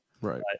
Right